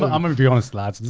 but i'm gonna be honest lads,